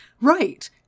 right